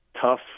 tough